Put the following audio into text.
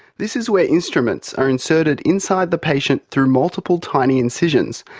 this is where instruments are inserted inside the patient through multiple tiny incisions,